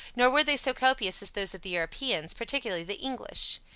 nor were they so copious as those of the europeans, particularly the english.